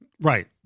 Right